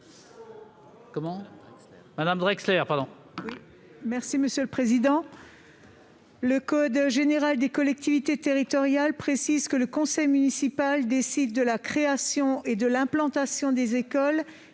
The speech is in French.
Mme Sabine Drexler. Le code général des collectivités territoriales précise que le conseil municipal décide de la création et de l'implantation des écoles,